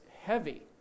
heavy